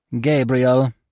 Gabriel